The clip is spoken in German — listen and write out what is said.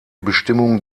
bestimmung